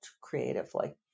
creatively